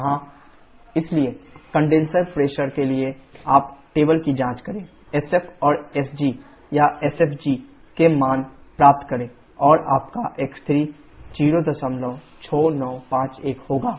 Pc जहाँ sfgsg sf इसलिए condenser pressure के लिए आप तालिका की जाँच करें sfऔर sg या sfg के मान प्राप्त करें और आपका x3 06951 होगा